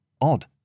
Odd